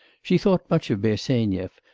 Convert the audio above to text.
she thought much of bersenyev,